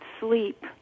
sleep